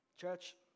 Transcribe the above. Church